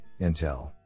Intel